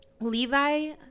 Levi